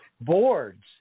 Boards